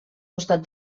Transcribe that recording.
costat